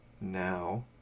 now